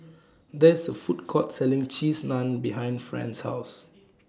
There IS A Food Court Selling Cheese Naan behind Fran's House